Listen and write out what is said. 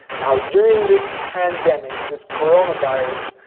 now, during this pandemic, this coronavirus,